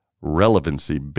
relevancy